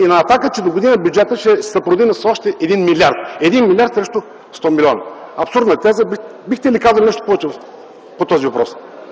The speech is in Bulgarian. и на „Атака”, че догодина бюджетът ще се продъни с още един милиард – един милиард срещу 100 милиона. Абсурдна теза! Бихте ли казали нещо повече по този въпрос?